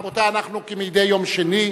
רבותי, אנחנו כמדי יום שני,